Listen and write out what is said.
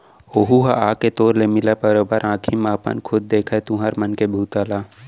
ओहूँ ह आके तोर ले मिलय, बरोबर आंखी म अपन खुद देखय तुँहर मन के बूता ल